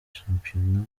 shampiyona